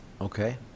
Okay